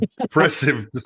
Impressive